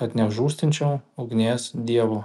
kad neužrūstinčiau ugnies dievo